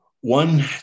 one